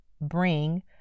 bring